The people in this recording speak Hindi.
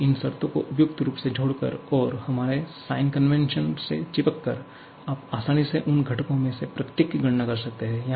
और इन शर्तों को उपयुक्त रूप से जोड़कर और हमारे साइन कन्वेंशन से चिपककर आप आसानी से उन घटकों में से प्रत्येक की गणना कर सकते हैं